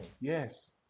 Yes